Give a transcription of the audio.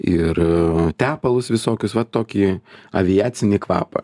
ir tepalus visokius va tokį aviacinį kvapą